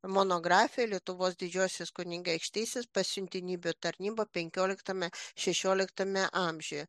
monografija lietuvos didžiosios kunigaikštystės pasiuntinybių tarnyba penkioliktame šešioliktame amžiuje